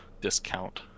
discount